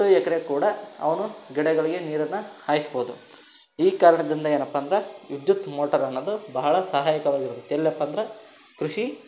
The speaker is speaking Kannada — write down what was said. ಅಷ್ಟೂ ಎಕ್ರೆ ಕೂಡ ಅವನ್ನು ಗಿಡಗಳಿಗೆ ನೀರನ್ನು ಹಾಯಿಸ್ಬೋದು ಈ ಕಾರಣದಿಂದ ಏನಪ್ಪ ಅಂದ್ರೆ ವಿದ್ಯುತ್ ಮೋಟರ್ ಅನ್ನೋದು ಬಹಳ ಸಹಾಯಕವಾಗಿ ಇರುತ್ತೆ ಎಲ್ಲಪ್ಪ ಅಂದ್ರೆ ಕೃಷಿ